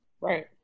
right